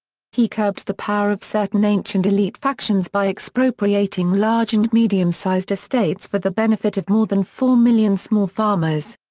he curbed the power of certain ancient elite factions by expropriating large and medium-sized estates for the benefit of more than four million small farmers.